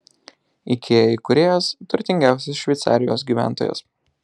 ikea įkūrėjas turtingiausias šveicarijos gyventojas